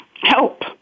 help